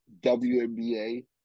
WNBA